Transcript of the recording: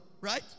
right